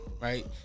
right